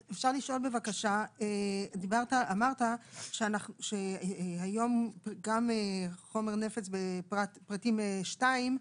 אמרת שהיום גם חומר נפץ בפריטים 2,